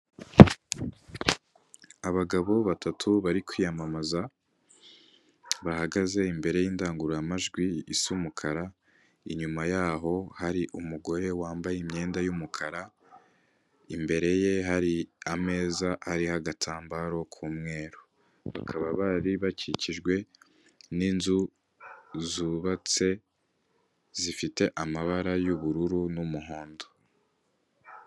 Abagabo batatu bari kwiyamamaza bahagaze imbere yinindangurura majwi isa umukara inyuma yaho hari umugore wambaye imyenda yumukara imbere ye hari ameza ari agatambaro k'umweru bakaba bari bakikijwe n'inzu zubatse zifite amabara y'ubururu n'umuhondo.